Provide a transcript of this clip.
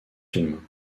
films